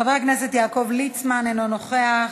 חבר הכנסת יעקב ליצמן, אינו נוכח,